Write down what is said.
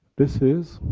this is.